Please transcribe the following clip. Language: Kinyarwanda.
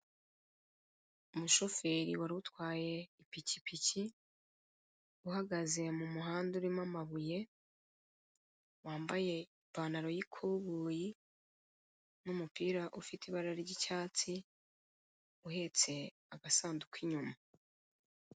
Umushoferi wari utwaye ipikipiki, uhagaze mu muhanda urimo amabuye, wambaye ipantaro y' ikoboyi n' umupira w'ibara ry'icyatsi, uhetse agasanduku inyuma.